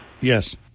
Yes